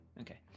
okay